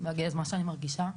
ואגיד את מה שאני מרגישה.